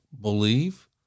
believe